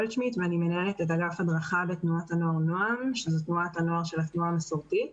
תנועת הנוער נוע"ם היא תנועת הנוער של התנועה המסורתית.